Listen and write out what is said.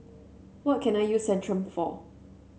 what can I use Centrum for